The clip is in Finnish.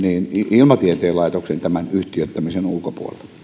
ilmatieteen laitoksen tämän yhtiöittämisen ulkopuolella